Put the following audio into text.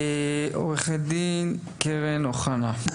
עורכת דין קרן אוחנה.